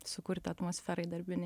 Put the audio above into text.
sukurti atmosferai darbinei